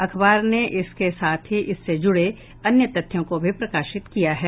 अखबार ने इसके साथ ही इससे जुड़े अन्य तथ्यों को भी प्रकाशित किया है